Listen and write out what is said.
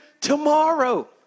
tomorrow